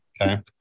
okay